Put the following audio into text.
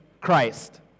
Christ